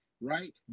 right